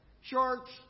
Shorts